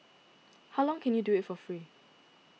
how long can you do it for free